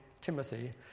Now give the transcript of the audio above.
Timothy